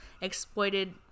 exploited